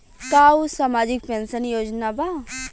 का उ सामाजिक पेंशन योजना बा?